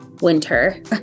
winter